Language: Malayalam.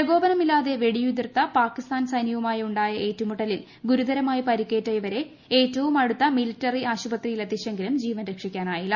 പ്രകോപനമില്ലാതെ വെടിയുതിർത്ത പാക്കിസ്ഥാൻ സൈന്യവുമായി ഉണ്ടായ ഏറ്റുമുട്ടലിൽ ഗുരുതരമായി പരിക്കേറ്റ ഇവരെ ഏറ്റവും അടുത്ത മിലിറ്ററി ആശുപത്രിയിലെത്തിച്ചെങ്കിലും ജീവൻ രക്ഷിക്കാനായില്ല